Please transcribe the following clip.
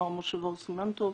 מר משה בר סימן טוב,